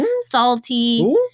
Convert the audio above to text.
salty